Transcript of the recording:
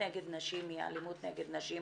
אלימות נגד נשים היא אלימות נגד נשים